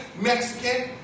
Mexican